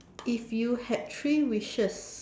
if you had three wishes